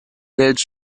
blades